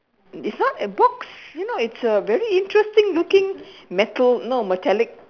it's not a box you know it's a very interesting looking metal no metallic